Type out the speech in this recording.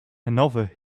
another